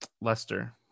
Lester